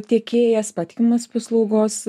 tiekėjas patikimas paslaugos